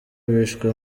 bishwe